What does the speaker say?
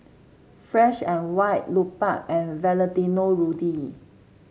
Fresh And White Lupark and Valentino Rudy